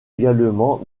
également